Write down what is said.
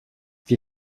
wie